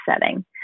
setting